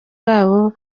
babo